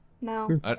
No